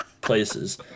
places